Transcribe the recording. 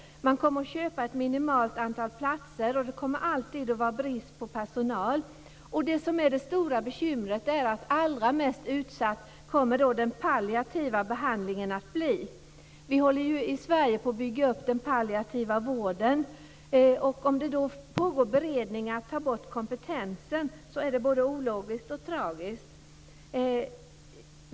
Man kommer att köpa ett minimalt antal platser. Det kommer alltid att vara brist på personal. Det stora bekymret är att den palliativa behandlingen kommer att bli allra mest utsatt. Vi håller ju i Sverige på att bygga upp den palliativa vården, och om det då pågår beredningar som vill ta bort kompetensen är det både ologiskt och tragiskt.